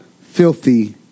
filthy